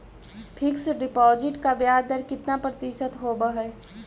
Fix deposit का ब्याज दर कितना प्रतिशत होब है?